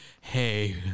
Hey